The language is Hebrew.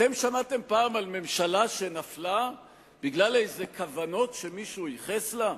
אתם שמעתם פעם על ממשלה שנפלה בגלל כוונות כלשהן שמישהו ייחס לה?